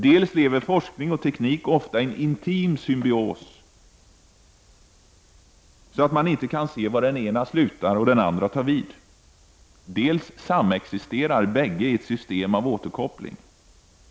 Dels lever forskning och teknik ofta i en så intim symbios att man inte ser var den ena slutar och den andra tar vid, dels samexisterar de två i ett system med återkoppling.